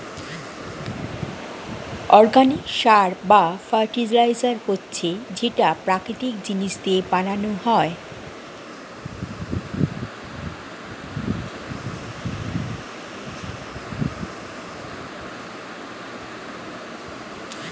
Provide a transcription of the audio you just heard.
organic সার বা fertiliser হচ্ছে যেটা প্রাকৃতিক জিনিস দিয়ে বানানো হয়